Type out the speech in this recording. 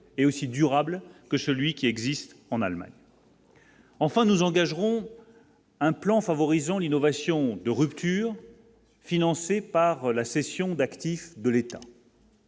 et aussi durable que celui qui existe en Allemagne. Enfin, nous engagerons un plan favorisant l'innovation de rupture, financée par la cession d'actifs de l'État.